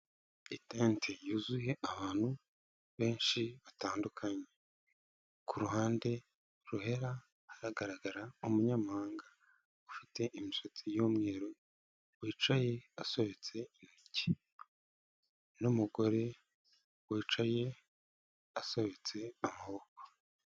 Itente yuzuye abantu benshi batandukanye, ku ruhande ruhera hagaragara umunyamahanga ufite imisatsi y'umweru; wicaye asobetse amaboko n'umugore wicaye asohobetse amaboko.